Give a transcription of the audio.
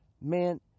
man